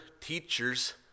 teachers